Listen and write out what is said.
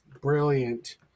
Brilliant